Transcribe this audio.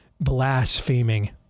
blaspheming